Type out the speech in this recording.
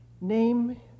name